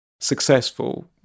Successful